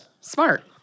smart